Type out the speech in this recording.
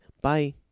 Bye